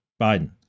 Biden